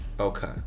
Okay